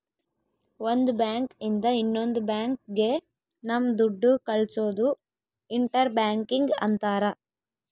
ಒಂದ್ ಬ್ಯಾಂಕ್ ಇಂದ ಇನ್ನೊಂದ್ ಬ್ಯಾಂಕ್ ಗೆ ನಮ್ ದುಡ್ಡು ಕಳ್ಸೋದು ಇಂಟರ್ ಬ್ಯಾಂಕಿಂಗ್ ಅಂತಾರ